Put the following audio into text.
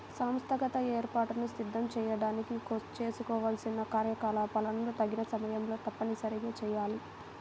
సంస్థాగత ఏర్పాట్లను సిద్ధం చేయడానికి చేసుకోవాల్సిన కార్యకలాపాలను తగిన సమయంలో తప్పనిసరిగా చేయాలి